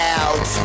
out